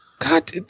God